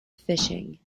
fishing